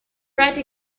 write